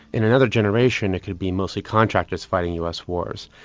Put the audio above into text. in another generation it could be mostly contractors fighting us wars.